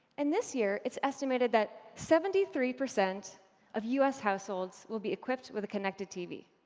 and this year, it's estimated that seventy three percent of u s. households will be equipped with a connected tv.